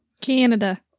Canada